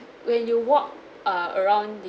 when you walk uh around